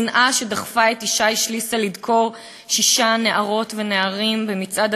השנאה שדחפה את ישי שליסל לדקור שישה נערות ונערים במצעד